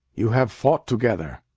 you have fought together.